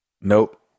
Nope